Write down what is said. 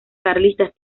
carlistas